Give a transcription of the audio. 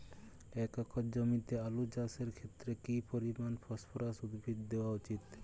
এক একর জমিতে আলু চাষের ক্ষেত্রে কি পরিমাণ ফসফরাস উদ্ভিদ দেওয়া উচিৎ?